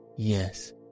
Yes